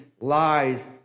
lies